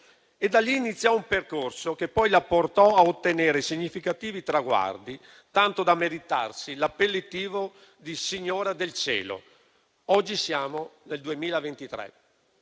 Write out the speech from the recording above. Da lì inizia un percorso, che la portò poi a ottenere significativi traguardi, tanto da meritarsi l'appellativo di signora del cielo. Oggi siamo nel 2023.